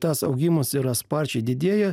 tas augimas yra sparčiai didėja